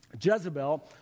Jezebel